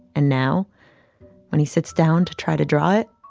and now when he sits down to try to draw it.